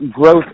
growth